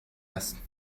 است